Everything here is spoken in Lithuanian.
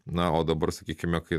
na o dabar sakykime kai